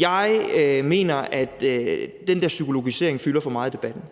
Jeg mener, at den der psykologisering fylder for meget i debatten.